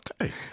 Okay